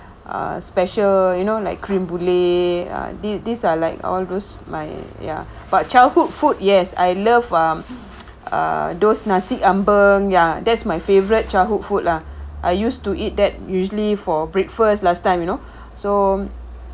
uh special you know like creme brulee ah this this are like all those my ya childhood food yes I love um ah those nasi ambeng ya that's my favorite childhood food lah I used to eat that usually for breakfast last time you know so